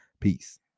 peace